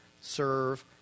serve